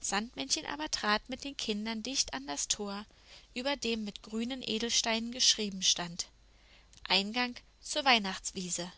sandmännchen aber trat mit den kindern dicht an das tor über dem mit grünen edelsteinen geschrieben stand eingang zur weihnachtswiese